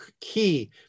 key